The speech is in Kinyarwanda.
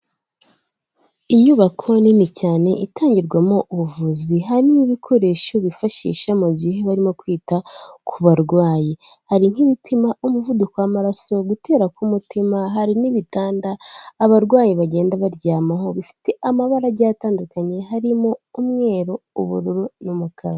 Inyubako nini cyane itangirwamo ubuvuzi, harimo ibikoresho bifashisha mu gihe barimo kwita ku barwayi. Hari nk'ibipima umuvuduko w'amaraso, gutera k'umutima, hari n'ibitanda abarwayi bagenda baryamaho, bifite amabara agiye atandukanye, harimo umweru, ubururu n'umukara.